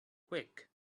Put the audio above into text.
quick